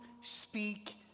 speak